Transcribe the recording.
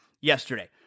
yesterday